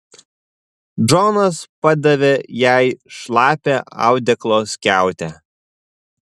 džonas padavė jai šlapią audeklo skiautę